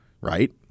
right